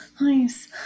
Nice